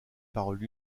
paroles